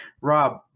Rob